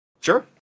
Sure